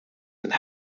and